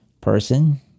person